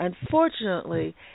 Unfortunately